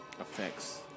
affects